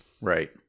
Right